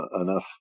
enough